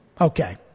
Okay